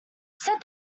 set